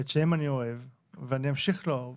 ואת שניהם אני אוהב ואמשיך לאהוב